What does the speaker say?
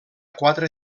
quatre